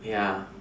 ya